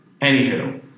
anywho